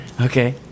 Okay